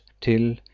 till